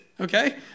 okay